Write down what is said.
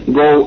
go